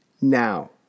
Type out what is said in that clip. now